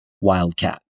Wildcat